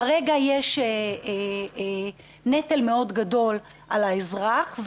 כרגע יש נטל גדול מאד על האזרח.